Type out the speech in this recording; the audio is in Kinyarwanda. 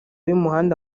y’umuhanda